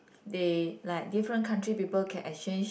they like different country people can exchange